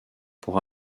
pour